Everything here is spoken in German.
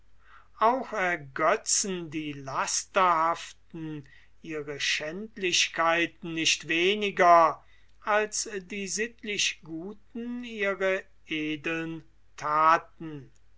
auch ergötzen die lasterhaften ihre schändlichkeiten nicht weniger als die sittlichguten ihre edeln thaten